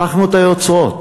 הפכנו את היוצרות: